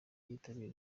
yitabiriye